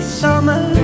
summer